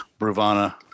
Bravana